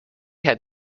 had